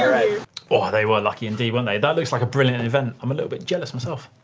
oh, they were lucky indeed, weren't they? that looks like a brilliant event. i'm a little bit jealous myself.